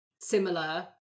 similar